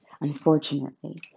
unfortunately